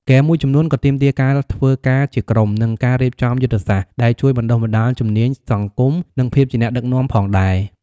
ហ្គេមមួយចំនួនក៏ទាមទារការធ្វើការជាក្រុម និងការរៀបចំយុទ្ធសាស្ត្រ ដែលជួយបណ្ដុះបណ្ដាលជំនាញសង្គម និងភាពជាអ្នកដឹកនាំផងដែរ។